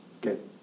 get